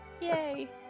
Yay